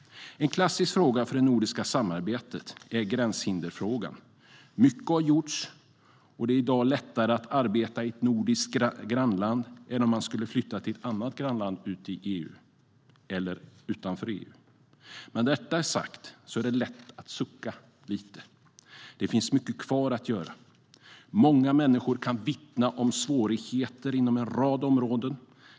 En klassisk fråga för det nordiska samarbetet är gränshinderfrågan. Mycket har gjorts. Det är i dag lättare att arbeta i ett nordiskt grannland än om man skulle flytta till ett annat land i EU eller utanför EU. Men när detta är sagt är det lätt att sucka lite. Det finns mycket kvar att göra. Många människor kan vittna om svårigheter inom en rad områden.